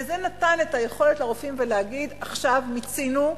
וזה נתן את היכולת לרופאים להגיד: עכשיו מיצינו,